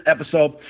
episode